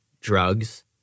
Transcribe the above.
Drugs